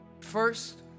First